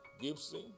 Gibson